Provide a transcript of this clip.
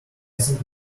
think